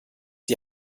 die